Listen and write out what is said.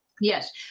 Yes